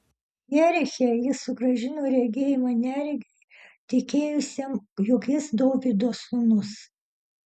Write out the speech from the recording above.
jeriche jis sugrąžino regėjimą neregiui tikėjusiam jog jis dovydo sūnus